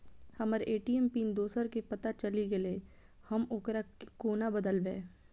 हम्मर ATM PIN दोसर केँ पत्ता चलि गेलै, हम ओकरा कोना बदलबै?